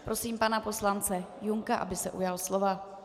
Prosím pana poslance Junka, aby se ujal slova.